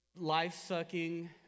life-sucking